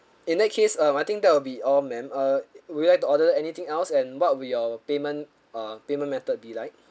in that case uh I think that will be all ma'am err would you like to order anything else and what will your payment err payment method be like